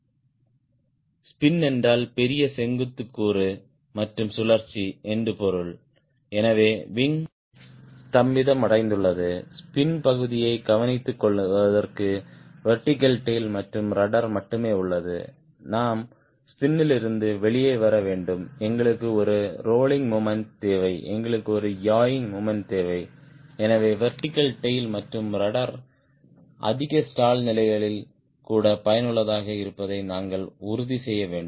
spin என்றால் பெரிய செங்குத்து கூறு மற்றும் சுழற்சி என்று பொருள் எனவே விங் ஸ்தம்பிதமடைந்துள்ளது ஸ்பின் பகுதியை கவனித்துக்கொள்வதற்கு வெர்டிகல் டேய்ல் மற்றும் ரட்ட்ர் மட்டுமே உள்ளது நாம் ஸ்பின் லிருந்து வெளியே வர வேண்டும் எங்களுக்கு ஒரு ரோலிங் மொமெண்ட் தேவை எங்களுக்கு ஒரு யாயிங் மொமெண்ட் தேவை எனவே வெர்டிகல் டேய்ல் மற்றும் ரட்ட்ர் அதிக ஸ்டால் நிலைகளில் கூட பயனுள்ளதாக இருப்பதை நாங்கள் உறுதி செய்ய வேண்டும்